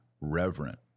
reverent